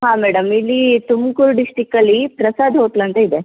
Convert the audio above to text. ಹಾಂ ಮೇಡಮ್ ಇಲ್ಲಿ ತುಮ್ಕೂರು ಡಿಸ್ಟಿಕ್ಕಲ್ಲಿ ಪ್ರಸಾದ್ ಹೋಟ್ಲ್ ಅಂತ ಇದೆ